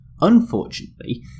Unfortunately